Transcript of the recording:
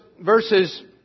verses